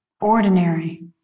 ordinary